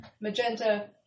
Magenta